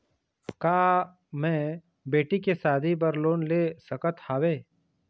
का मैं बेटी के शादी बर लोन ले सकत हावे?